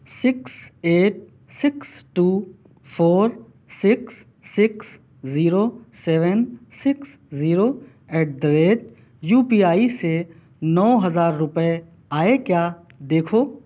six eight six two four six six zero seven six zero at the rate U P I سے نو ہزار روپے آئے کیا دیکھو